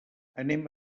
anem